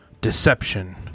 deception